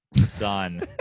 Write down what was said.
son